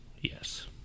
Yes